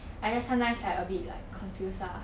I just sometimes like a bit like confused lah